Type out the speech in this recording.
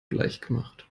gleichgemacht